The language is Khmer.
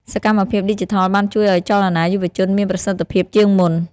សកម្មភាពឌីជីថលបានជួយឱ្យចលនាយុវជនមានប្រសិទ្ធភាពជាងមុន។